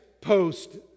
post